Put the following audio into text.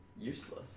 useless